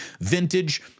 Vintage